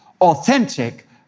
Authentic